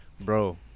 Bro